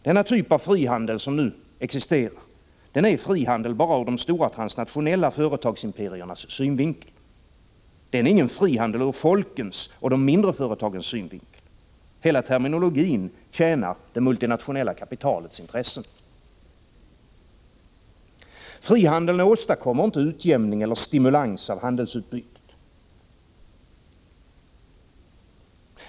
Den typ av frihandel som nu existerar är frihandel bara ur de stora transnationella företagsimperiernas synvinkel. Den är ingen frihandel ur folkens och de mindre företagens synvinkel. Hela terminologin tjänar det multinationella kapitalets intressen. Frihandeln åstadkommer inte utjämning eller stimulans av handelsutbytet.